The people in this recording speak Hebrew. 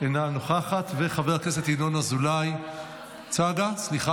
אינו נוכח, חבר הכנסת אלעזר שטרן, אינו נוכח,